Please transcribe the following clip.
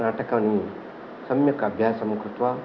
नाटकानि सम्यक् अभ्यासं कृत्वा